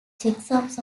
checksums